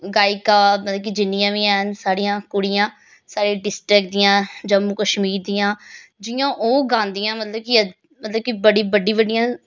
गायिका मतलब कि जिन्नियां बी हैन साढ़ियां कुड़ियां साढ़ी डिस्ट्रिक दियां जम्मू कश्मीर दियां जियां ओह् गांदियां मतलब कि मतलब कि बड़ी बड्डी बड्डियां